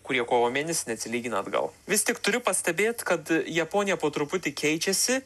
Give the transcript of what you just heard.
kurie kovo mėnesį neatsilygina atgal vis tik turiu pastebėt kad japonija po truputį keičiasi